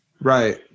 Right